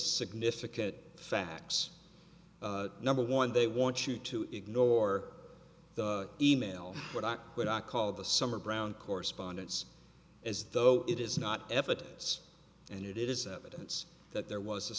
significant facts number one they want you to ignore the email but i would not call the summer brown correspondence as though it is not evidence and it is evidence that there was a